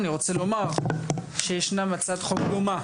אני רוצה לומר שישנה הצעת חוק דומה